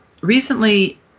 recently